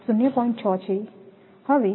6 છે તેથી 1